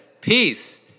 peace